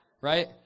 right